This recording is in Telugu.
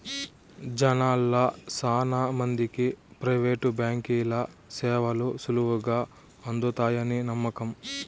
జనాల్ల శానా మందికి ప్రైవేటు బాంకీల సేవలు సులువుగా అందతాయని నమ్మకం